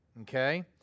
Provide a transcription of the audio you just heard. okay